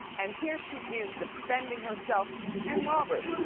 and here she is defending herself and robert.